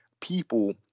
people